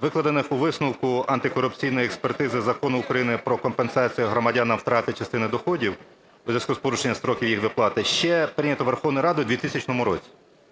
викладених у висновку антикорупційної експертизи Закону України "Про компенсацію громадянам втрати частини доходів у зв'язку з порушенням строків їх виплати", ще прийнято Верховною Радою в 2000 році.